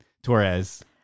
Torres